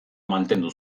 mantendu